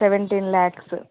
seventeen lacs